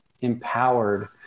empowered